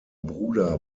bruder